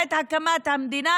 בעת הקמת המדינה,